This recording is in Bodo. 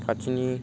खाथिनि